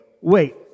wait